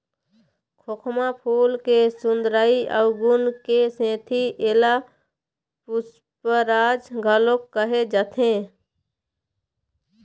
खोखमा फूल के सुंदरई अउ गुन के सेती एला पुस्पराज घलोक कहे जाथे